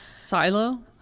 silo